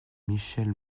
michèle